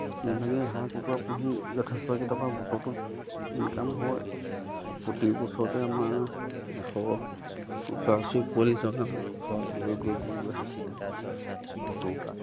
এইভাগে হাঁহ কুকুৰা পোহোঁ যথেষ্ট কেইটকা বছৰটোত ইনকাম হয় প্ৰতি বছৰতে আমাৰ এশৰ ওচৰা ওচৰি পোৱালি জগাওঁ এশ গৈ গৈ গৈ গৈ ষাঠিটা সত্তৰটা